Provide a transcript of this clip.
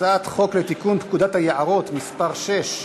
הצעת חוק לתיקון פקודת היערות (מס' 6),